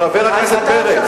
חבר הכנסת פרץ,